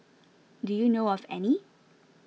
do you know of any